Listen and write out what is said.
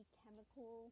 chemical